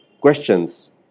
questions